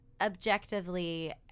objectively